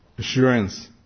assurance